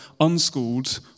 unschooled